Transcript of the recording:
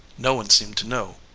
no one seemed to know.